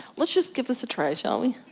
let's just give this a try shall we?